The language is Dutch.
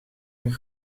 een